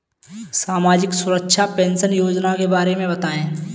सामाजिक सुरक्षा पेंशन योजना के बारे में बताएँ?